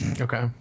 okay